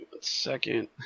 second